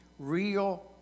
Real